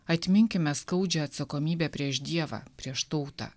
atminkime skaudžią atsakomybę prieš dievą prieš tautą